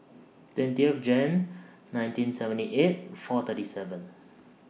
twentieth Jane nineteen seventy eight four thirty seven